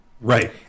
Right